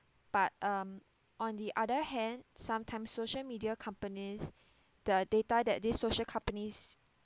but um on the other hand sometimes social media companies the data that this social companies